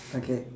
okay